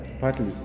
partly